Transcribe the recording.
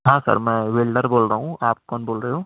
ہاں سر میں ویلڈر بول رہا ہوں آپ کون بول رہے ہو